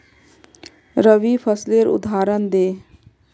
रवि फसलेर उदहारण दे?